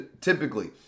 typically